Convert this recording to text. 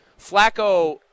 Flacco